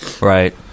Right